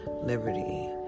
liberty